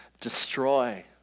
destroy